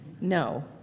No